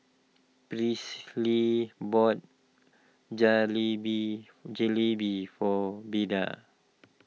Presley bought Jalebi Jalebi for Beda